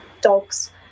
dogs